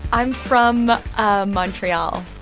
i'm from montreal.